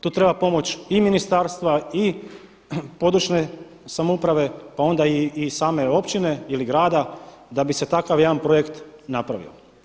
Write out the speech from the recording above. Tu treba pomoć i ministarstva, i područne samouprave, pa onda i same općine ili grada da bi se takav jedan projekt napravio.